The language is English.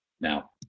Now